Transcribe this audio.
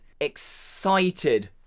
excited